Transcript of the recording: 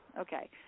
Okay